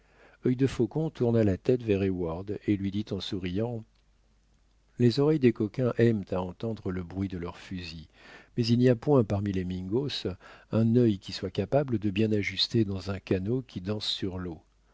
occuper œil de faucon tourna la tête vers heyward et lui dit en souriant les oreilles des coquins aiment à entendre le bruit de leurs fusils mais il n'y a point parmi les mingos un œil qui soit capable de bien ajuster dans un canot qui danse sur l'eau